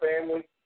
family